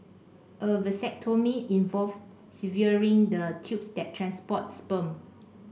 a vasectomy involves severing the tubes that transport sperm